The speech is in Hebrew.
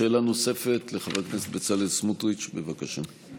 שאלה נוספת לחבר הכנסת בצלאל סמוטריץ', בבקשה.